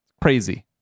crazy